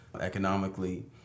economically